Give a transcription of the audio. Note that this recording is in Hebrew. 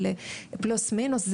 פלוס מינוס,